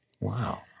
Wow